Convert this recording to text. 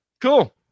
cool